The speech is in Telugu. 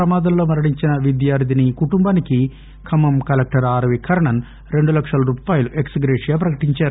ప్రమాదంలో మరణించిన విద్యార్థిని కుటుంబానికి ఖమ్మం కలెక్టర్ ఆర్వీ కర్ణన్ రెండు లక్షల రూపాయలు ఎక్స్ గ్రేషియా ప్రకటించారు